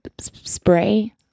spray